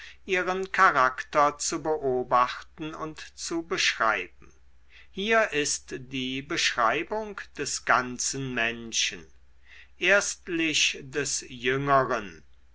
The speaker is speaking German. ihren charakter zu beobachten und zu beschreiben hier ist die beschreibung des ganzen menschen erstlich des jüngeren